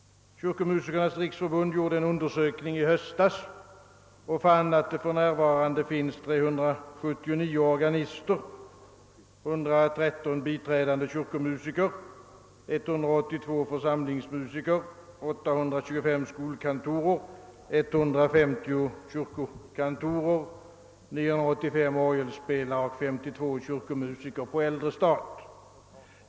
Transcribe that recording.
Kyrkomusikernas riksförbund gjorde i höstas en undersökning och fann att det för närvarande finns 379 organister, 113 biträdande kyrkomusiker, 182 församlingsmusiker, 825 skolkantorer, 150 kyrkokantorer, 985 orgelspelare och 52 kyrkomusiker på äldre stat.